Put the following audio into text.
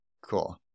cool